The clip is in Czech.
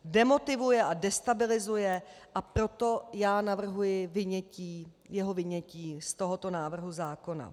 Demotivuje a destabilizuje, a proto já navrhuji jeho vynětí z tohoto návrhu zákona.